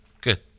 Good